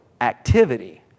activity